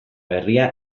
berria